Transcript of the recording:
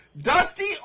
Dusty